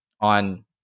on